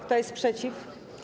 Kto jest przeciw?